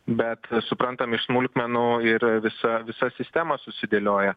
bet suprantam iš smulkmenų ir visa visa sistema susidėlioja